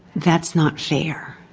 that's not fair.